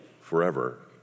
forever